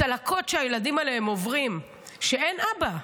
הצלקות שהילדים האלה עוברים כשאין אבא,